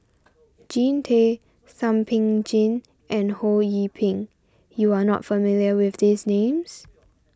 Jean Tay Thum Ping Tjin and Ho Yee Ping you are not familiar with these names